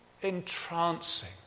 entrancing